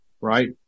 right